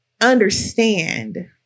understand